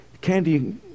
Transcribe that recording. candy